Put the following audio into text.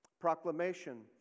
Proclamation